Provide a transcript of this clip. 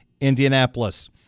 Indianapolis